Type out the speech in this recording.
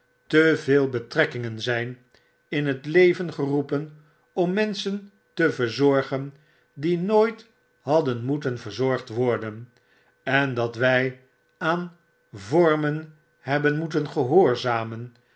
te veel betrekkingen zyn in het leven geroepen om menschen te verzorgen die nooit hadden moeten verzorgd worden en dat wij aan vormen hebben moeten gehoorzamen